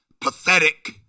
pathetic